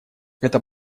это